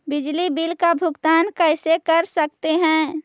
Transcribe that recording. बिजली बिल का भुगतान कैसे कर सकते है?